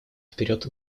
вперед